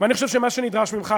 אני חושב שמה שנדרש ממך,